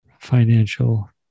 financial